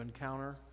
encounter